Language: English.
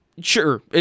sure